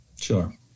Sure